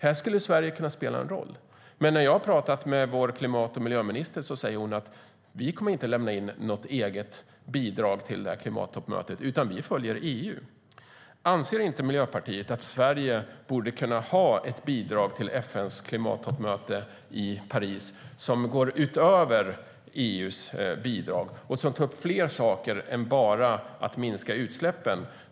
Här skulle Sverige kunna spela en roll, men när jag talar med vår klimat och miljöminister säger hon att vi inte kommer att lämna in något eget bidrag till klimattoppmötet, utan vi följer EU. Anser inte Miljöpartiet att Sverige borde ha ett bidrag till FN:s klimattoppmöte i Paris som går utöver EU:s bidrag och som tar upp fler saker än bara att minska utsläppen?